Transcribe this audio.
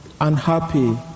unhappy